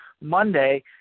Monday